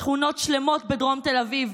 שכונות שלמות בדרום תל אביב,